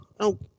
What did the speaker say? no